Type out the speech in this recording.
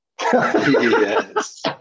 Yes